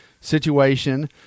situation